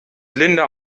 linda